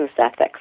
ethics